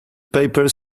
papers